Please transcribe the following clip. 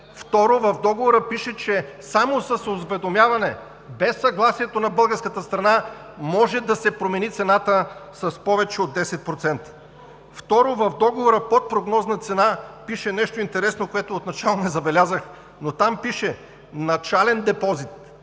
Второ, в договора пише, че само с уведомяване, без съгласието на българската страна, може да се промени цената с повече от 10%. В договора под прогнозна цена пише нещо интересно, което в началото не забелязах, но там пише: „начален депозит“.